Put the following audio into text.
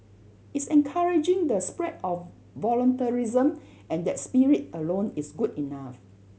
it's encouraging the spread of voluntarism and that spirit alone is good enough